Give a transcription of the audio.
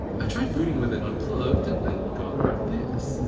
i tried booting with it unplugged and then got this.